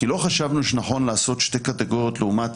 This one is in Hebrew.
כי לא חשבנו שנכון לעשות שתי קטיגוריות לעומת